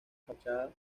fachada